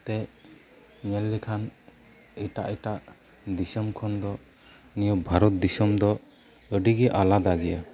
ᱛᱮ ᱧᱮᱞ ᱞᱮᱠᱷᱟᱱ ᱮᱴᱟᱜ ᱮᱴᱟᱜ ᱫᱤᱥᱚᱢ ᱠᱷᱚᱱ ᱫᱚ ᱱᱤᱭᱟᱹ ᱵᱷᱟᱨᱚᱛ ᱫᱤᱥᱚᱢ ᱫᱚ ᱟᱹᱰᱤ ᱜᱮ ᱟᱞᱟᱫᱟ ᱜᱮᱭᱟ